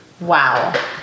Wow